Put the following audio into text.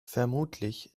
vermutlich